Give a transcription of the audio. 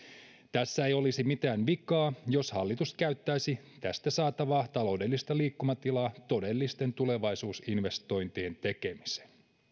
tässä ei olisi mitään vikaa jos hallitus käyttäisi tästä saatavaa taloudellista liikkumatilaa todellisten tulevaisuusinvestointien tekemiseen